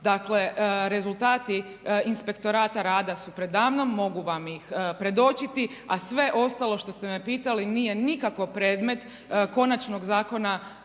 Dakle, rezultati Inspektorata rada su predamnom, mogu vam ih predočiti, a sve ostalo što ste me pitali nije nikako predmet Konačnog